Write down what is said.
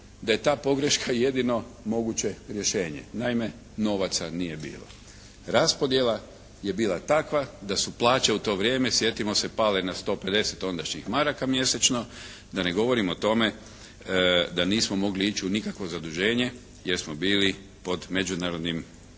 da je ta pogreška jedino moguće rješenje. Naime novaca nije bilo. Raspodjela je bila takva da su plaće u to vrijeme sjetimo se, pale na 150 ondašnjih DEM mjesečno, da ne govorim o tome da nismo mogli ići u nikakvo zaduženje jer smo bili pod međunarodnim,